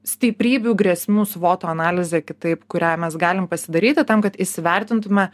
stiprybių grėsmių svoto analizė kitaip kurią mes galim pasidaryti tam kad įsivertintume